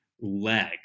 leg